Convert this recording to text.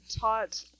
taught